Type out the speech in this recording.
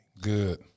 Good